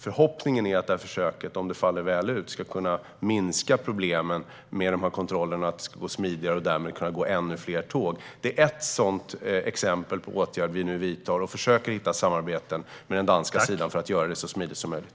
Förhoppningen är att detta, om det faller väl ut, ska kunna minska problemen med kontrollerna, så att det ska gå smidigare, och därmed ska det kunna gå ännu fler tåg. Det är ett exempel på åtgärder vi nu vidtar. Vi försöker hitta samarbeten med den danska sidan för att göra det så smidigt som möjligt.